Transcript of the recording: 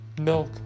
milk